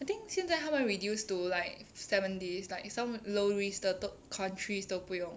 I think 现在他们 reduce to like seven days like some low risk 的都 countries 都不用